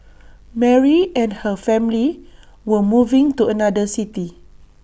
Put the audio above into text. Mary and her family were moving to another city